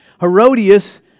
Herodias